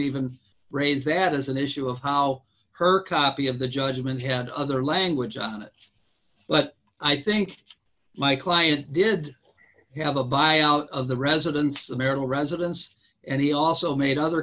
even raise that as an issue of how her copy of the judgment had other language on it but i think my client did have a buyout of the residents of merrill residence and he also made other